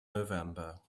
november